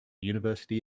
university